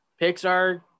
Pixar